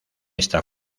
esta